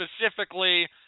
specifically